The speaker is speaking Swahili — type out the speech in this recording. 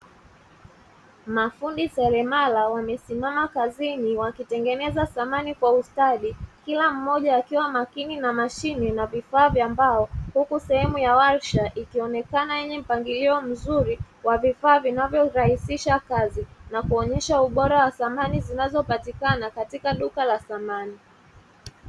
Mafundi seremala wamesimama kazini, wakitengeneza samani kwa ustadi. Kila mmoja akiwa makini na mashine na vifaa vya mbao, huku sehemu ya warsha ikionekana yenye mpangilio mzuri wa vifaa vinavyorahisisha kazi, na kuonesha ubora wa samani zinazopatikana katika duka la samani.